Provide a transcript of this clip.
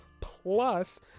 plus